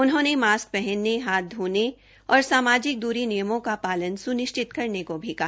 उन्होंने मास्क पहनने हाथ धोने और सामाजिक दूरी नियमों का पालन सुनिष्वित करने को भी कहा